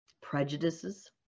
prejudices